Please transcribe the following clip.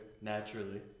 naturally